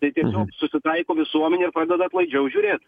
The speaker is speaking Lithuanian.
tai tiesiog susitaiko visuomenė ir pradeda atlaidžiau žiūrėt